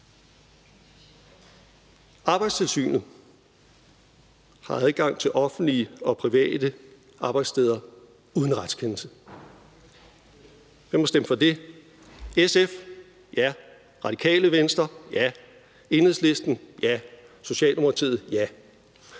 Arbejdstilsynet har adgang til offentlige og private arbejdssteder uden retskendelse. Hvem har stemt for det? SF? Ja. Radikale Venstre? Ja. Enhedslisten? Ja. Socialdemokratiet? Ja.